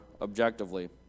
objectively